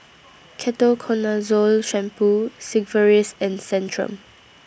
Ketoconazole Shampoo Sigvaris and Centrum